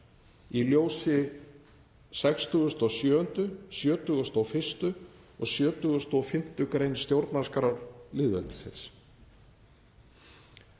í ljósi 67., 71. og 75. gr. stjórnarskrár lýðveldisins